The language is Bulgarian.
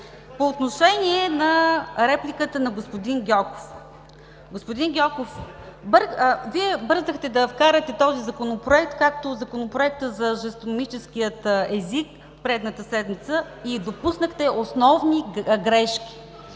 По отношение на репликата на господин Гьоков. Господин Гьоков, Вие бързахте да вкарате този Законопроект, както Законопроекта за жестомимическия език предишната седмица, и допуснахте основни грешки.